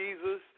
Jesus